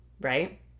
right